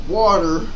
water